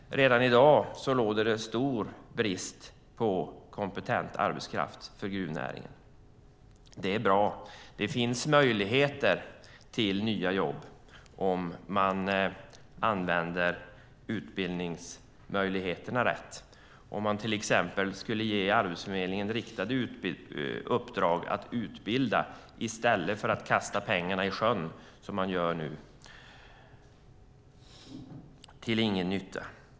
Redan i dag råder det stor brist på kompetent arbetskraft för gruvnäringen. Det är bra. Det finns möjligheter till nya jobb om man använder utbildningsmöjligheterna rätt, om man till exempel ger Arbetsförmedlingen riktade uppdrag att utbilda i stället för att kasta pengarna i sjön, som man gör nu till ingen nytta.